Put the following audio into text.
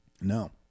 No